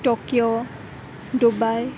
Tokyo Dubai